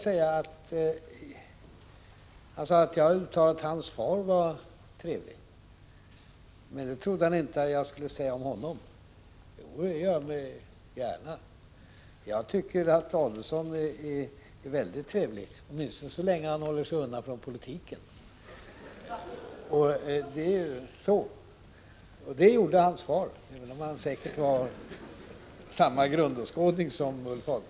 Ulf Adelsohn sade att jag uttalat att hans far var trevlig, men det trodde han inte att jag skulle säga om Ulf Adelsohn själv. Jo, det gör jag gärna. Jag tycker att Ulf Adelsohn är väldigt trevlig, åtminstone så länge han håller sig undan från politiken. Det gjorde hans far, fastän han säkert hade samma grundåskådning som Ulf Adelsohn.